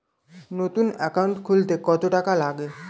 নতুন একাউন্ট খুলতে কত টাকা লাগে?